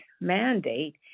mandate